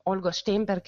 olgos šteinberg